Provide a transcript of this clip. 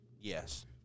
Yes